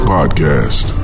Podcast